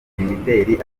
imideli